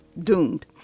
doomed